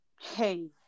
hey